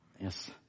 Yes